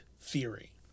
theory